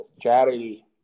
charity